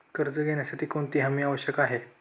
कर्ज घेण्यासाठी कोणती हमी आवश्यक आहे?